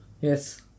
Yes